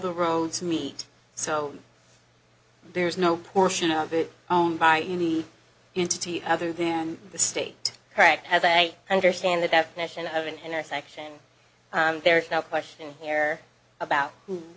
the roads meet so there's no portion of it own by any into t other than the state correct as i understand the definition of an intersection there is no question here about who